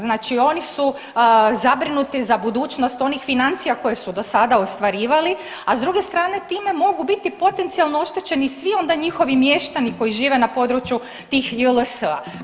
Znači, oni su zabrinuti za budućnost onih financija koje su do sada ostvarivali, a s druge strane time mogu biti potencijalno oštećeni svi onda njihovi mještani koji žive na području tih JLS-a.